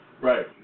right